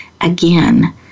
again